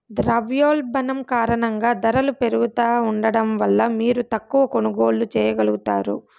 ద్రవ్యోల్బణం కారణంగా దరలు పెరుగుతా ఉండడం వల్ల మీరు తక్కవ కొనుగోల్లు చేయగలుగుతారు